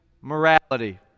morality